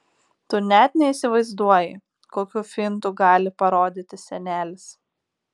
tu net neįsivaizduoji kokių fintų gali parodyti senelis